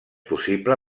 possible